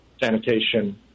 sanitation